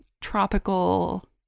tropical